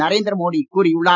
நரேந்திர மோடி கூறியுள்ளார்